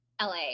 LA